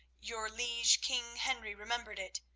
your liege king henry remembered it,